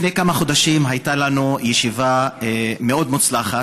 לפני כמה חודשים הייתה לנו ישיבה מאוד מוצלחת,